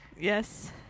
Yes